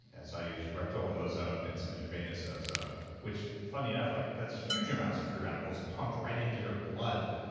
and so i used rectal ozone and some intravenous ozone which, funny enough, like that's huge amounts of free radicals pumped right into your blood,